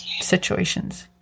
situations